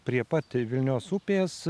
prie pat vilnios upės